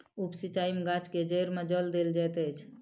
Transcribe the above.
उप सिचाई में गाछ के जइड़ में जल देल जाइत अछि